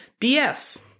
BS